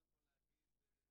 מובן מאליו